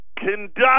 conduct